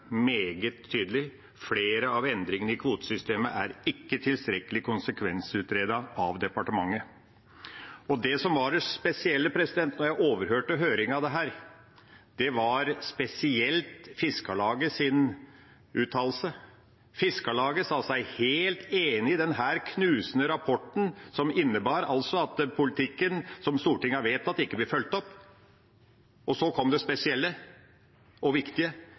meget tydelig: Flere av endringene i kvotesystemet er ikke tilstrekkelig konsekvensutredet av departementet. Det som var det spesielle da jeg overhørte høringen om dette, var spesielt Fiskarlagets uttalelse. Fiskarlaget sa seg helt enig i den knusende rapporten, som innebærer at politikken som Stortinget har vedtatt, ikke blir fulgt opp. Og så kom det spesielle og viktige,